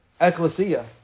Ecclesia